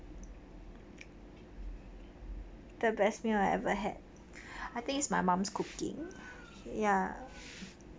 the best meal I ever had I think is my mum's cooking ya